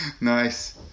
Nice